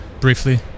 briefly